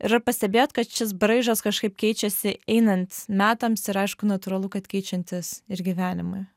ir ar pastebėjot kad šis braižas kažkaip keičiasi einant metams ir aišku natūralu kad keičiantis ir gyvenimui